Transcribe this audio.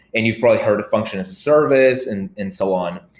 and you've probably heard of function as a service and and so on.